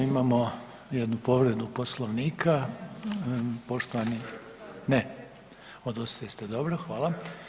Imamo jednu povredu Poslovnika, poštovani, ne, odustali ste, dobro, hvala.